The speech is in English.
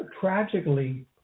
tragically